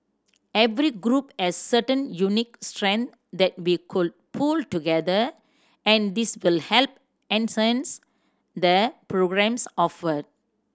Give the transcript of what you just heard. every group as certain unique strength that we could pool together and this will help enhance the programmes offered